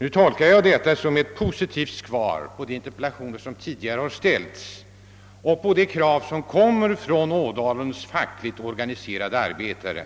Nu tolkar jag inrikesministerns besked som ett positivt svar på de interpellationer som tidigare har framställts och som ett tillmötesgående av de krav som framförts av Ådalens fackligt organiserade arbetare.